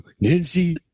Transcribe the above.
Nancy